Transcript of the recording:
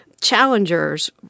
challengers